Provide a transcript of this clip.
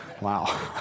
Wow